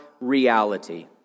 reality